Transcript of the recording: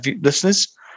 listeners